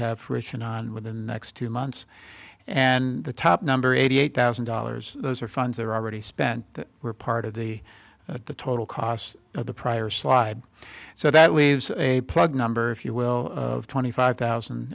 have written on within the next two months and the top number eighty eight thousand dollars those are funds that are already spent that were part of the total cost of the prior slide so that leaves a plug number if you will of twenty five thousand